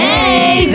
Hey